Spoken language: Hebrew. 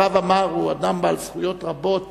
הרב עמאר הוא אדם בעל זכויות רבות